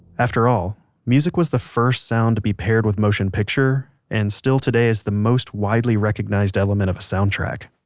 afterall, music was the first sound to be paired with motion picture and still today is the most widely recognized element of a soundtrack